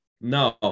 no